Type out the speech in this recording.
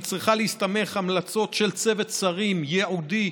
היא צריכה להסתמך על המלצות של צוות שרים ייעודי,